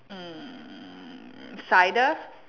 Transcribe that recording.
um cider